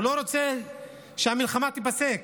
הוא לא רוצה שהמלחמה תיפסק,